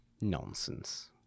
nonsense